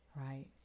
right